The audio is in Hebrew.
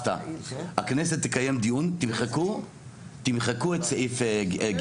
הכנסת תקיים דיון תמחקו את סעיף ג'.